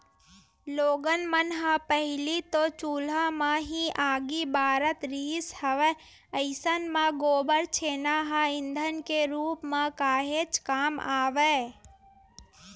लोगन मन ह पहिली तो चूल्हा म ही आगी बारत रिहिस हवय अइसन म गोबर छेना ह ईधन के रुप म काहेच काम आवय